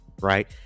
right